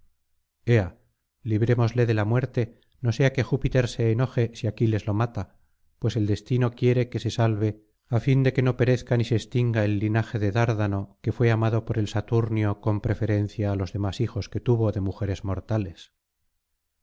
ea librémosle de la muerte no sea que júpiter se enoje si aquiles lo mata pues el destino quiere que se salve á fin de que no perezca ni se extinga el linaje de dárdano que fué amado por el saturnio con preferencia á los demás hijos que tuvo de mujeres mortales